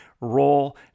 role